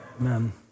Amen